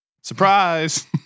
Surprise